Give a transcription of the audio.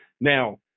Now